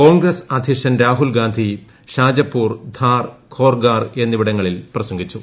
കോൺഗ്രസ് അധ്യക്ഷൻ രാഹുൽഗാന്ധി ഷാജപൂർ ധാർ ഖാർഗോർ എന്നിവിടങ്ങളിൽ പ്രസംഗിച്ചു